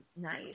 Nice